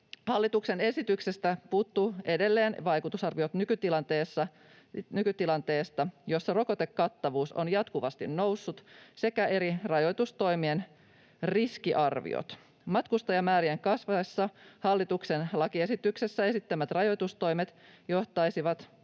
Hallituksen esityksestä puuttuvat edelleen vaikutusarviot nykytilanteesta, jossa rokotekattavuus on jatkuvasti noussut, sekä eri rajoitustoimien riskiarviot. Matkustajamäärien kasvaessa hallituksen lakiesityksessä esittämät rajoitustoimet johtaisivat